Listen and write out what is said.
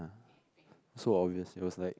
ah so obviously it was like